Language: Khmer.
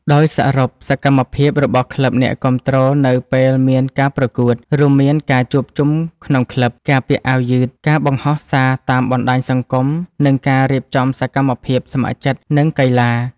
ដោយសរុប សកម្មភាពរបស់ក្លឹបអ្នកគាំទ្រនៅពេលមានការប្រកួត រួមមានការជួបជុំក្នុងក្លឹប ការពាក់អាវយឺត ការបង្ហោះសារតាមបណ្តាញសង្គម និងការរៀបចំសកម្មភាពស្ម័គ្រចិត្ត និងកីឡា។